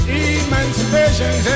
emancipation